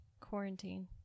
quarantine